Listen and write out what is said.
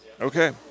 okay